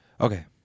Okay